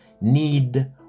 need